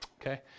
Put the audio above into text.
Okay